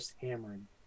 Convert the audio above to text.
hammering